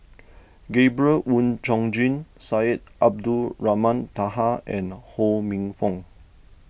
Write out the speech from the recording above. Gabriel Oon Chong Jin Syed Abdulrahman Taha and Ho Minfong